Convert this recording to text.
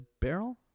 barrel